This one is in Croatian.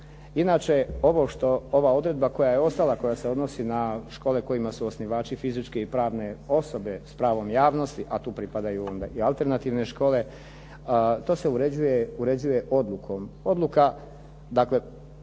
što ova odredba koja je ostala, koja se odnosi na škole kojima su osnivači fizičke i pravne osobe s pravom javnosti, a tu pripadaju onda i alternativne škole, to se uređuje odlukom.